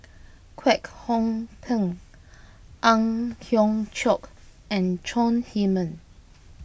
Kwek Hong Png Ang Hiong Chiok and Chong Heman